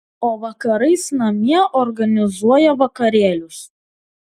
o vakarais namie organizuoja vakarėlius